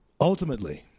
ultimately